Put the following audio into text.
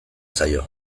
zaio